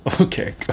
Okay